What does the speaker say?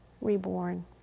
reborn